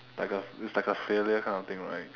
like a it's like a failure kind of thing right